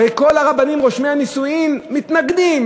הרי כל הרבנים רושמי הנישואין מתנגדים,